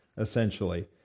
essentially